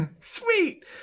Sweet